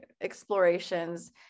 explorations